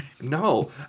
No